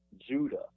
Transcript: Judah